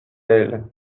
elle